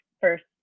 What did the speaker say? first